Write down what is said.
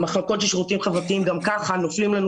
במחלקות לשירותים חברתיים גם ככה נופלים לנו